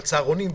בצהרונים,